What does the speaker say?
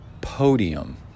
podium